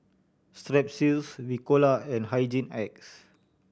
Strepsils Ricola and Hygin X